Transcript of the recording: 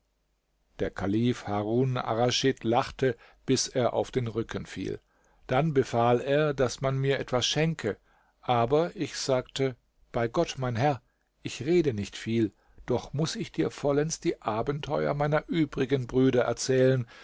der kalif harun arraschid lachte bis er auf den rücken fiel dann befahl er daß man mir etwas schenke aber ich sagte bei gott mein herr ich rede nicht viel doch muß ich dir vollends die abenteuer meiner übrigen brüder erzählen